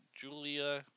Julia